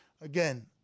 again